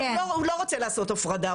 הוא לא רוצה לעשות הפרדה,